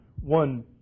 one